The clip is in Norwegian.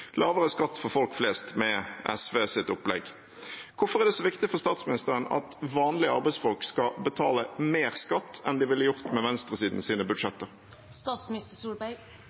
Hvorfor er det så viktig for statsministeren at vanlige arbeidsfolk skal betale mer skatt enn de ville gjort med venstresidens budsjetter?